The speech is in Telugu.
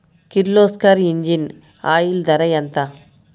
కిర్లోస్కర్ ఇంజిన్ ఆయిల్ ధర ఎంత?